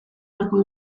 beharko